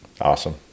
awesome